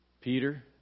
Peter